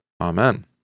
Amen